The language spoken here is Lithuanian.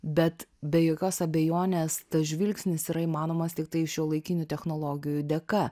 bet be jokios abejonės tas žvilgsnis yra įmanomas tiktai šiuolaikinių technologijų dėka